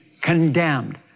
condemned